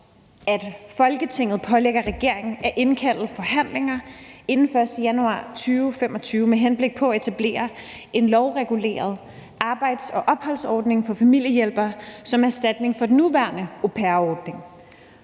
Folketinget pålægger regeringen at indkalde til forhandlinger inden den 1. januar 2025 med henblik på at etablere en lovreguleret arbejds- og opholdsordning for familiehjælpere som erstatning for den nuværende au pair-ordning,